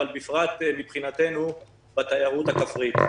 אבל בפרט מבחינתנו התיירות הכפרית.